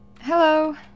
Hello